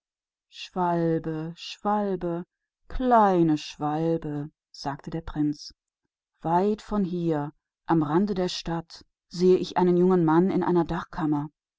vogel vogel mein kleiner vogel sagte der prinz weit weg über der stadt sehe ich einen jungen mann in einer